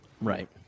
Right